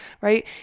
right